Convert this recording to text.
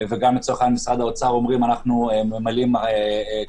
וגם לצורך העניין משרד האוצר אומרים אנחנו ממלאים כלשונו.